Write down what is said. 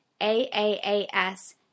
AAAS